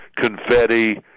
confetti